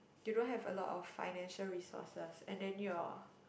you don't have a lot of financial resources and then your